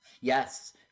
Yes